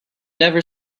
never